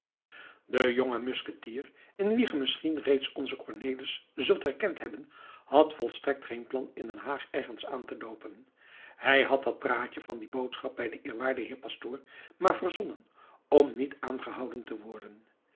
de jonge musketier in wien ge misschien reeds onzen cornelis zult herkend hebben had volstrekt geen plan in den haag ergens aan te loopen hij had dat praatje van die boodschap bij den eerwaarden heer pastoor maar verzonnen om niet aangehouden te worden